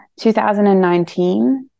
2019